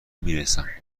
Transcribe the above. میرسم